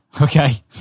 Okay